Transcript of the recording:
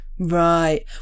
Right